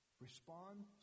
Respond